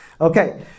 Okay